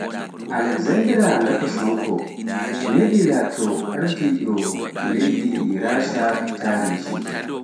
Alexzandra Lakoshenko medi lato ardito leydi Rasha a tarihiji.